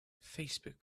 facebook